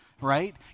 right